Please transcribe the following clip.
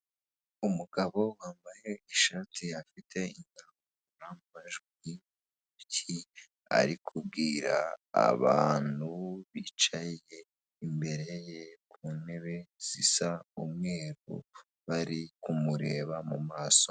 Umugabo wambaye ishati afite indangururamajwi mu ntoki, arikubwira abantu bicaye imbere ye ku ntebe zisa umweru, bari kumureba mu maso.